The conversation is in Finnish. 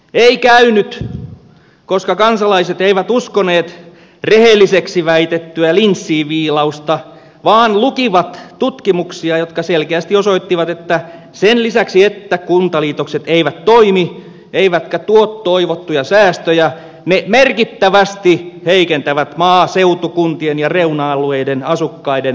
ei käynyt koska kansalaiset eivät uskoneet rehelliseksi väitettyä linssiinviilausta vaan lukivat tutkimuksia jotka selkeästi osoittivat että sen lisäksi että kuntaliitokset eivät toimi eivätkä tuo toivottuja säästöjä ne merkittävästi heikentävät maaseutukuntien ja reuna alueiden asukkaiden elämänlaatua